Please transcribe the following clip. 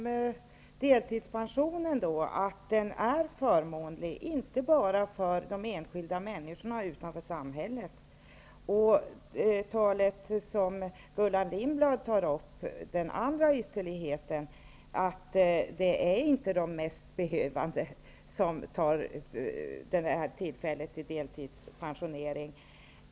Fru talman! Delpensionen är förmånlig inte bara för de enskilda människorna, utan för samhället. Gullan Lindblad tar upp den andra ytterligheten -- att det inte är de mest behövande som tar det här tillfället till delpensionering.